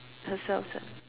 herself s~